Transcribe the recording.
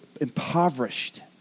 impoverished